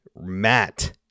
Matt